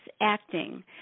acting